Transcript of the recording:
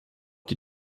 die